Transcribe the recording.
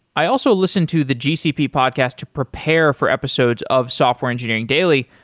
i also listen to the gcp podcast to prepare for episodes of software engineering daily,